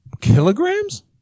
Kilograms